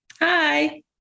Hi